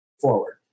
forward